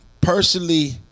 personally